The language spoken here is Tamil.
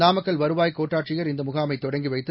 நாமக்கல் வருவாய் கோட்டாட்சியர் இந்த முகாமை தொடங்கி வைத்து